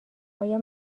آیا